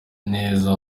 neza